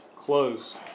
close